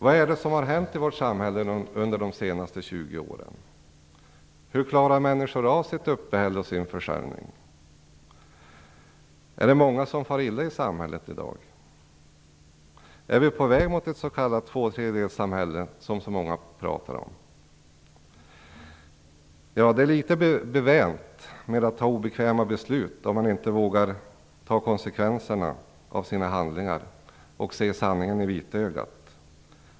Vad är det som har hänt i vårt samhälle under de senaste 20 åren? Hur klarar människor av sitt uppehälle och sin försörjning? Är det många som far illa i samhället i dag? Är vi på väg mot ett s.k. tvåtredjedelssamhälle, som så många pratar om? Det är litet bevänt med att fatta obekväma beslut, om man inte vågar ta konsekvenserna av sina handlingar och se sanningen i vitögat.